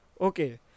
okay